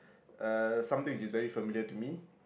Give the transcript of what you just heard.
uh something which is familiar to me